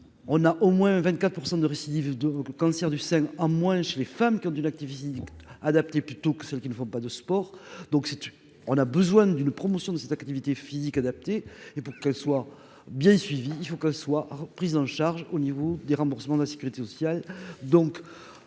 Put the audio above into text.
on a au moins 24 % de récidive de cancer du sein en moins chez les femmes qui ont dû l'activiste plutôt que celles qui ne font pas de sport, donc si on a besoin d'une promotion de cette activité physique adaptée et pour qu'elle soit bien suivi, il faut qu'elle soit prise en charge au niveau des remboursements de la Sécurité sociale,